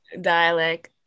dialect